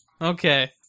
Okay